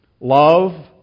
love